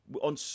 on